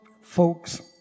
folks